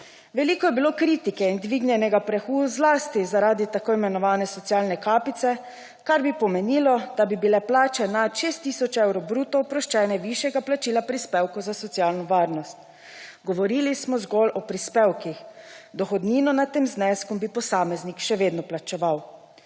Veliko je bilo kritike in dvignjenega prahu zlasti zaradi t.i. socialne kapice, kar bi pomenilo, da bi bile plače nad 6 tisoče evrov bruto oproščene višjega plačila prispevkov za socialno varnost. Govorili smo zgolj o prispevkih. Dohodnino nad tem zneskom bi posameznik še vedno plačeval.